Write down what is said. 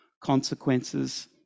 consequences